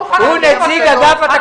הוא נציג אגף התקציבים.